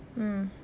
mm